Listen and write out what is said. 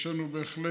יש לנו בהחלט